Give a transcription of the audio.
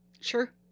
Sure